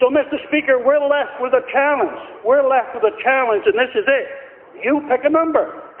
so mr. speaker, we're left with a challenge. we're left with a challenge, and this is it you pick a number.